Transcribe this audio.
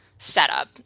Setup